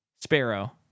Sparrow